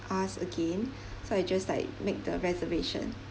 us again so I just like make the reservation